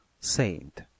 Saint